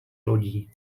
lodí